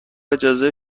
اجازه